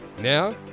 Now